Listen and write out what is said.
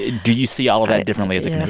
do you see all of that differently as a kind of